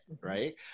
right